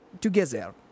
together